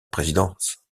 présidence